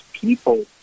People